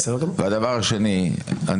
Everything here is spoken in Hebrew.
והדבר השני, אני